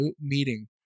meeting